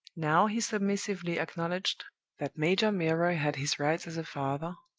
now he submissively acknowledged that major milroy had his rights as a father,